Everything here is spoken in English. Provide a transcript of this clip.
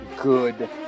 good